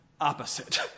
opposite